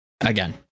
again